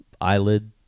eyelid